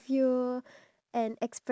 ya (uh huh)